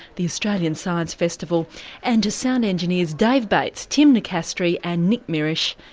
the australian science festival and to sound engineers david bates, tim nacastri and nick mierish.